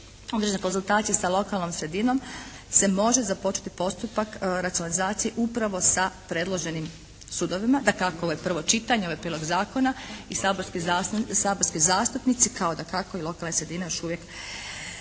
određene konzultacije sa lokalnom sredinom se može započeti postupak racionalizacije upravo sa predloženim sudovima. Dakako, ovo je prvo čitanje, ovo je prijedlog zakona i saborski zastupnici kao dakako i lokalne sredine još uvijek